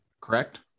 correct